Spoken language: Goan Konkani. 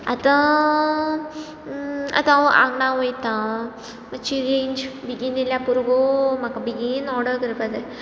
आतां आतां हांव आंगणा वयता मातशी रेंज बेगीन येयल्या पुरो गो म्हाक बेगीन ऑर्डर करपा जाय